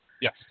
yes